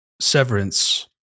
Severance